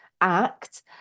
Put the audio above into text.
act